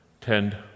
tend